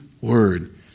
word